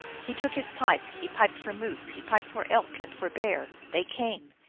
he took his pipe. he piped for moose he piped for elk and for bear they came.